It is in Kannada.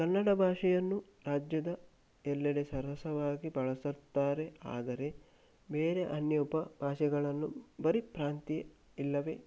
ಕನ್ನಡ ಭಾಷೆಯನ್ನು ರಾಜ್ಯದ ಎಲ್ಲೆಡೆ ಸರಸವಾಗಿ ಬಳಸುತ್ತಾರೆ ಆದರೆ ಬೇರೆ ಅನ್ಯ ಉಪಭಾಷೆಗಳನ್ನು ಬರಿ ಪ್ರಾಂತ್ಯ ಇಲ್ಲವೆ